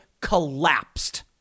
collapsed